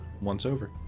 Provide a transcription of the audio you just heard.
once-over